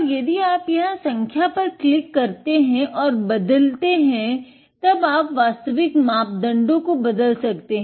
और अगर आप यहाँ संख्या पर क्लिक करते हैं और बदलते हैं तब आप वास्तविक मापदंडो को बदल सकते हैं